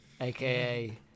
aka